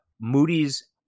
moody's